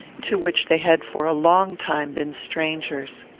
to which they had for a long time been strangers.